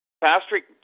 Patrick